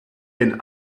den